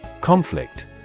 Conflict